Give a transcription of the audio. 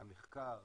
המחקר,